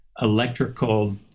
electrical